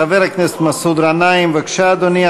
חבר הכנסת מסעוד גנאים, בבקשה, אדוני.